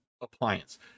appliance